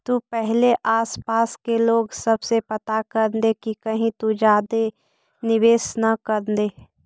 तु पहिले आसपास के लोग सब से पता कर ले कि कहीं तु ज्यादे निवेश न कर ले